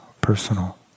personal